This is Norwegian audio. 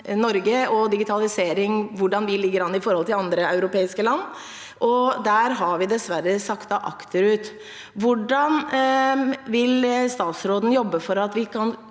Norge og hvordan vi ligger an i forhold til andre europeiske land. Der har vi dessverre sakket akterut. Hvordan vil statsråden jobbe for at vi skal